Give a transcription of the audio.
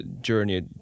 journey